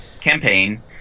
campaign